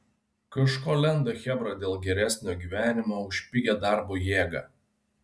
kažko lenda chebra dėl geresnio gyvenimo už pigią darbo jėgą